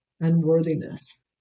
unworthiness